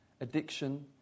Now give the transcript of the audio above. addiction